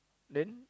then